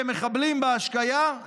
שמחבלים בהשקיה,